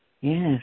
Yes